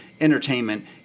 entertainment